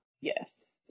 Yes